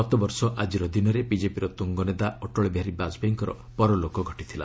ଗତବର୍ଷ ଆଜିର ଦିନରେ ବିଜେପିର ତ୍ରଙ୍ଗନେତା ଅଟଳବିହାରୀ ବାଜପେୟୀଙ୍କର ପରଲୋକ ଘଟିଥିଲା